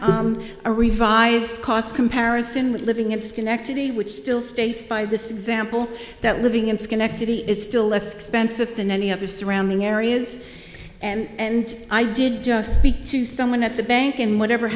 have a revised cost comparison with living in schenectady which still states by this example that living in schenectady is still less expensive than any other surrounding areas and i did just speak to someone at the bank and whatever